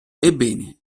ebbene